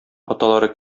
аталары